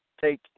take